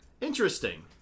Interesting